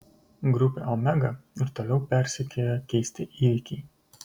grupę omega ir toliau persekioja keisti įvykiai